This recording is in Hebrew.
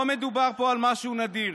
לא מדובר פה על משהו נדיר,